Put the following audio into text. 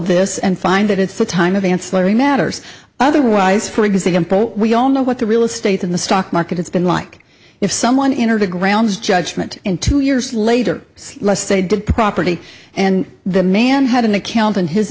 this and find that it's the time of ancillary matters otherwise for example we all know what the real estate in the stock market it's been like if someone interviewed grounds judgment in two years later let's say did property and the man had an account in his